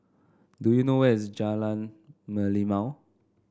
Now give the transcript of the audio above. do you know where is Jalan Merlimau